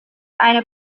eine